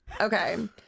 Okay